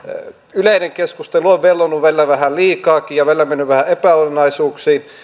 yleinen keskustelu on vellonut välillä vähän liikaakin ja välillä mennyt vähän epäolennaisuuksiin